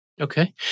Okay